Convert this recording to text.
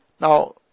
now